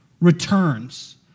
returns